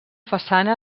façana